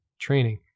training